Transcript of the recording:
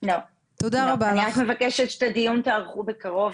אני רק מבקשת שאת הדיון תערכו בקרוב,